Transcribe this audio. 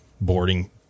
boarding